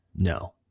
No